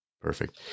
Perfect